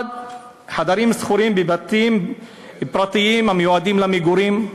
1. חדרים שכורים בבתים פרטיים המיועדים למגורים,